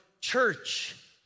church